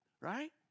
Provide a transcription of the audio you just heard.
right